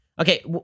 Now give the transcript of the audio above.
Okay